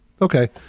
Okay